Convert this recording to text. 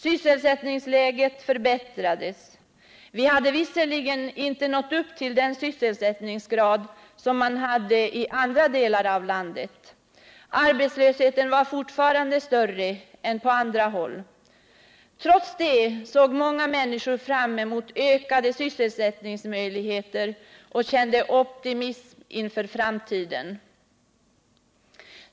Sysselsättningsläget förbättrades. Vi hade visserligen inte nått upp till den sysselsättningsgrad som man hade i andra delar av landet, och arbetslösheten var fortfarande större än på andra håll, men trots det såg många människor fram emot ökade sysselsättningsmöjligheter och kände optimism inför framtiden.